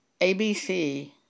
ABC